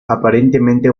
aparentemente